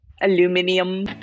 Aluminium